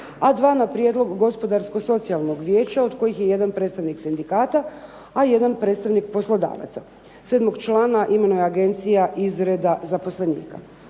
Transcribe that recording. a 2 na prijedlog Gospodarsko-socijalnog vijeća od kojeg je jedan predstavnik sindikata, a jedan predstavnik poslodavaca. Sedmog člana imenuje agencija iz reda zaposlenika.